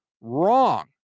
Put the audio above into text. wrong